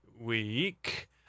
week